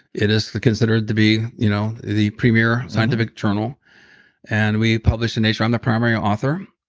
it is considered to be you know the premiere scientific journal and we published in nature. i'm the primary author,